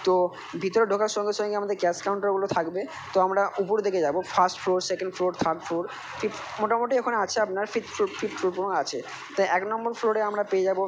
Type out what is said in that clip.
তো ভিতরে ঢোকার সঙ্গে সঙ্গে আমাদের ক্যাশ কাউন্টারগুলো থাকবে তো আমরা উপর দিকে যাবো first floor second floor third floor ঠিক মোটামোটি ওখানে আছে আপনার ফিফথ ফ্লোর ফিফথ ফ্লোর পর্যন্ত আছে টা এক নম্বর ফ্লোরে আমরা পেয়ে যাবো